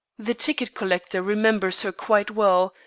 the ticket-collector remembers her quite well,